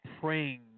praying